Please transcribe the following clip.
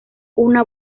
una